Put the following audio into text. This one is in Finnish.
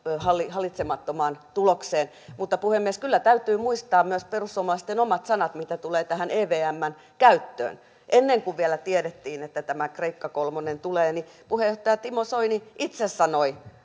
hallitsemattomaan tulokseen puhemies kyllä täytyy muistaa myös perussuomalaisten omat sanat mitä tulee tähän evmn käyttöön ennen kuin vielä tiedettiin että tämä kreikka kolmonen tulee niin puheenjohtaja timo soini itse sanoi